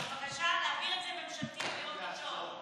אז בבקשה, להעביר את זה ממשלתית ביום ראשון.